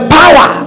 power